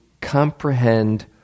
comprehend